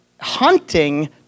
hunting